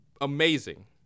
amazing